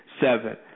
seven